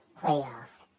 playoffs